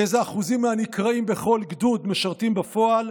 איזה אחוזים הנקראים בכל גדוד משרתים בפועל?